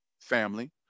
family